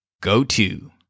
go-to